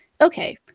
okay